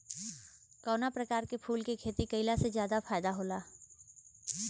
कवना प्रकार के फूल के खेती कइला से ज्यादा फायदा होला?